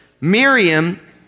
Miriam